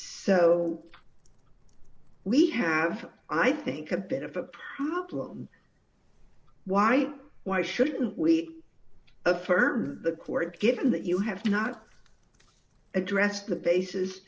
so we have i think a bit of a pro why why shouldn't we occur the court given that you have not addressed the basis